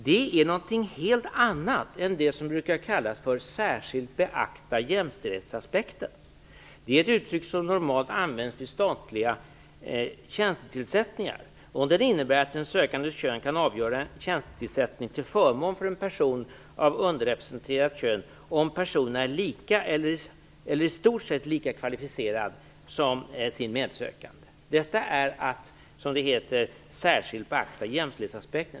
Det är något helt annat än det som brukar kallas för att särskilt beakta jämställdhetsaspekten. Det är ett uttryck som normalt används vid statliga tjänstetillsättningar. Det innebär att en sökandes kön kan avgöra en tjänstetillsättning till förmån för en person av underrepresenterat kön om personen är lika eller i stort sett lika kvalificerad som sin medsökande. Detta är att, som det heter, särskilt beakta jämställdhetsaspekten.